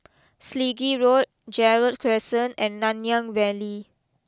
Selegie Road Gerald Crescent and Nanyang Valley